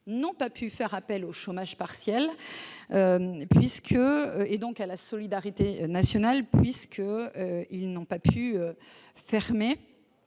n'ont pas pu faire appel au chômage partiel, donc à la solidarité nationale, n'ayant pas pu fermer.